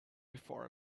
before